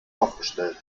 aufgestellt